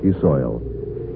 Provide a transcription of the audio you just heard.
soil